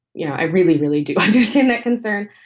you know, i really, really do understand that concern.